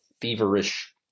feverish